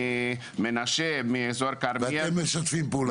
ממנשה ומאזור כרמיאל --- אתם משתפים פעולה?